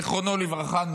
זיכרונו לברכה,